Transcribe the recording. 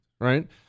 right